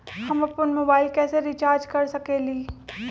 हम अपन मोबाइल कैसे रिचार्ज कर सकेली?